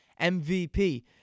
MVP